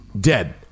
dead